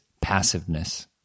passiveness